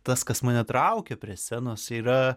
tas kas mane traukia prie scenos yra